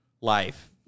life